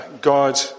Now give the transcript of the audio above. God